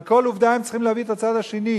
על כל עובדה הם צריכים להביא את הצד השני.